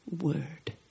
word